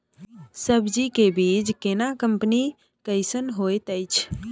सब्जी के बीज केना कंपनी कैसन होयत अछि?